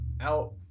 out